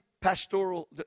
pastoral